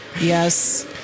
yes